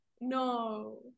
No